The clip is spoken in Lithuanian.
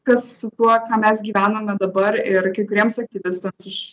kas su tuo ką mes gyvename dabar ir kai kuriems aktyvistams iš